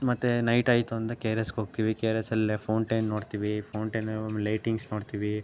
ಮತ್ತು ನೈಟಾಯ್ತು ಅಂದ್ರೆ ಕೆ ಆರ್ ಹೋಗ್ತೀವಿ ಕೆ ಆರ್ ಎಸ್ ಅಲ್ಲಿಯೇ ಫೌಂಟೇನ್ ನೋಡ್ತೀವಿ ಫೌಂಟೇನು ಲೈಟಿಂಗ್ಸ್ ನೋಡ್ತೀವಿ